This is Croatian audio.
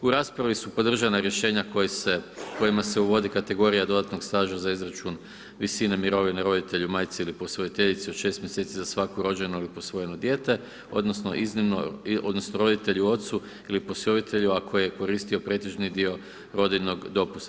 U raspravi su podržana rješenja kojima se uvodi kategorija dodatnog staža za izračun visine mirovine roditelju, majci ili posvojiteljici od 6 mjeseci za svako rođeno ili posvojeno dijete, odnosno iznimno, odnosno roditelju ocu ili posvojitelju ako je koristio pretežni dio rodiljnog dopusta.